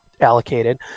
allocated